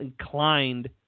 inclined